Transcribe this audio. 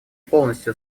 полностью